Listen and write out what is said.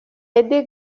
lady